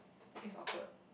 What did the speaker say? is awkward